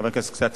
חבר הכנסת כץ,